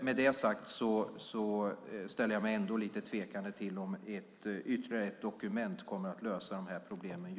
Med det sagt ställer jag mig ändå lite tveksam till om ytterligare ett dokument kommer att lösa de här problemen.